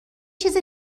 چیز